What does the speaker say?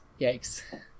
yikes